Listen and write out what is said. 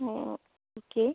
ഓഹ് ഒക്കെ